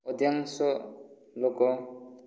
ଅଧିକାଂଶ ଲୋକ